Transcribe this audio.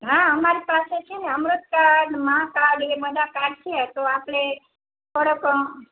હાં અમારી પાસે છે ને અમૃત કાર્ડ માં કાર્ડ એ બધા કાર્ડ છે તો આપણે એ તરત